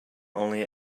only